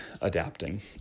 adapting